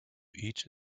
each